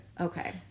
Okay